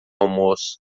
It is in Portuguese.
almoço